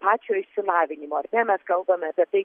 pačio išsilavinimo ar ne mes kalbame apie tai